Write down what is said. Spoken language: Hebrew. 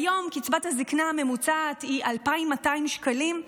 היום, קצבת הזקנה הממוצעת היא 2,200 שקלים,